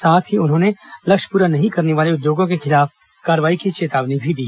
साथ ही उन्होंने लक्ष्य पूरा नहीं करने वाले उद्योगों के खिलाफ कार्रवाई की चेतावनी भी दी